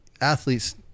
athletes